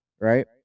right